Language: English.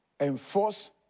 Enforce